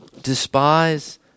Despise